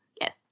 yes